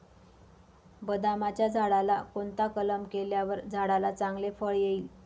बदामाच्या झाडाला कोणता कलम केल्यावर झाडाला चांगले फळ येईल?